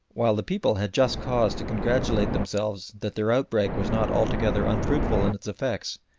while the people had just cause to congratulate themselves that their outbreak was not altogether unfruitful in its effects,